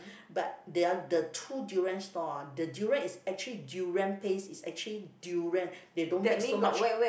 but their the two durians stall ah the durian is actually durian paste is actually durian they don't make so much